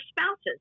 spouses